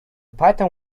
python